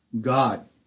God